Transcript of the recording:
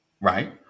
right